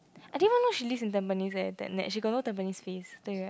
I didn't even know she lives in Tampines eh that Nat got no Tampines face 对 right